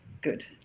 good